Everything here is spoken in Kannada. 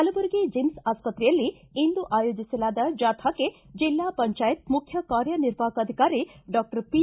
ಕಲಬುರಗಿ ಜಿಮ್ನ್ ಆಸ್ಪತ್ರೆಯಲ್ಲಿ ಇಂದು ಆಯೋಜಿಸಲಾದ ಜಾಥಾಕ್ಷೆ ಬೆಲ್ಲಾ ಪಂಚಾಯತ್ ಮುಖ್ಯ ಕಾರ್ಯನಿರ್ವಾಹಕ ಅಧಿಕಾರಿ ಡಾಕ್ಷರ್ ಪಿ